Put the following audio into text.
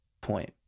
point